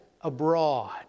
abroad